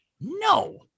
no